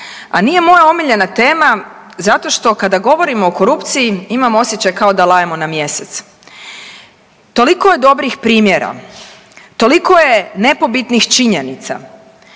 a nije moja omiljena tema zato što kada govorimo o korupciji imam osjećaj kao da lajemo na mjesec. Toliko je dobrih primjera, toliko je nepobitnih činjenica,